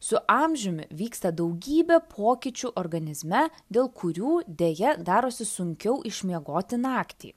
su amžiumi vyksta daugybė pokyčių organizme dėl kurių deja darosi sunkiau išmiegoti naktį